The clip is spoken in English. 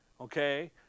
Okay